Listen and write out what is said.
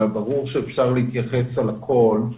ברור שאפשר להתייחס לכול,